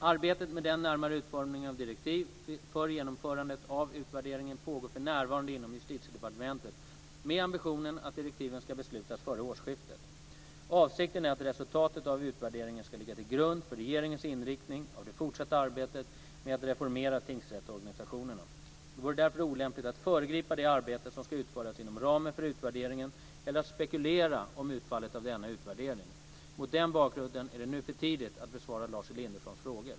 Arbetet med den närmare utformningen av direktiv för genomförandet av utvärderingen pågår för närvarande inom Justitiedepartementet med ambitionen att besluta om direktiven före årsskiftet. Avsikten är att resultatet av utvärderingen ska ligga till grund för regeringens inriktning av det fortsatta arbetet med att reformera tingsrättsorganisationen. Det vore därför olämpligt att föregripa det arbete som ska utföras inom ramen för utvärderingen eller att spekulera om utfallet av denna utvärdering. Mot den bakgrunden är det nu för tidigt att besvara Lars Elindersons frågor.